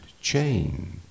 chain